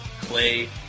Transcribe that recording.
clay